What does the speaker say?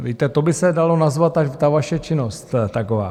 Víte, tak by se dala nazvat ta vaše činnost taková.